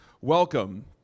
welcome